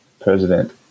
President